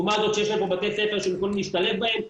לעומת זאת שיש להם פה בתי ספר שהם יכולים להשתלב בהם.